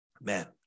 Man